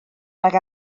nag